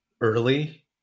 early